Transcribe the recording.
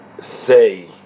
say